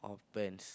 pants